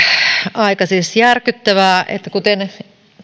aika järkyttävää että kuten